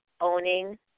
owning